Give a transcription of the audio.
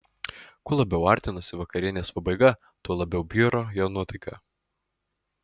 kuo labiau artinosi vakarienės pabaiga tuo labiau bjuro jo nuotaika